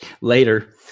later